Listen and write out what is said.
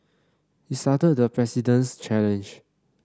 he started the President's challenge